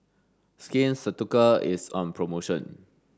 Skin Ceuticals is on promotion